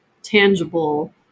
tangible